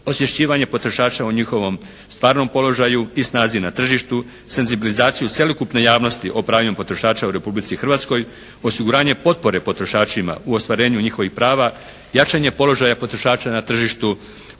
osvješćivanje potrošača o njihovom stvarnom položaju i snazi na tržištu, senzibilizaciju cjelokupne javnosti o pravima potrošača u Republici Hrvatskoj, osiguranje potpore potrošačima u ostvarenju njihovih prava, jačanje položaja potrošača na tržištu,